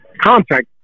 contact